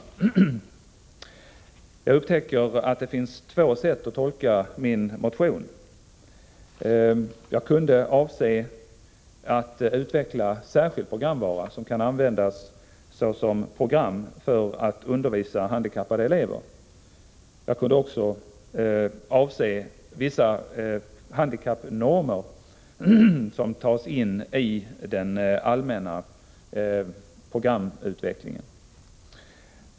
Jag upptäcker att det finns två sätt att tolka min motion. Jag kunde avse att utveckla särskild programvara som kan användas såsom program för att undervisa handikappade elever. Jag kunde också avse vissa handikappnormer som tas in i den allmänna programutvecklingen.